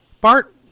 Bart